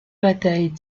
batailles